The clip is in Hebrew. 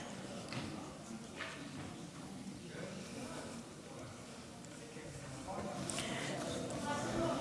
קשה מאוד.